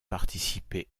participé